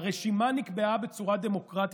הרשימה נקבעה בצורה דמוקרטית,